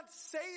say